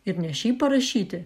ir ne šiaip parašyti